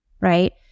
right